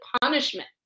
punishment